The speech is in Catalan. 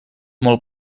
molt